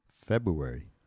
February